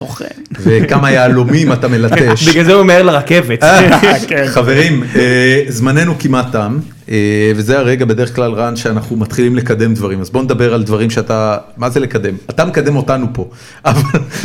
כמו כן... וכמה יהלומים אתה מלטש. בגלל זה הוא ממהר לרכבת... כן... חברים! זמננו כמעט תם, וזה הרגע בדרך כלל, רן, שאנחנו מתחילים לקדם דברים. אז בוא נדבר על דברים שאתה... מה זה לקדם? אתה מקדם אותנו פה... אבל...